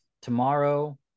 Tomorrow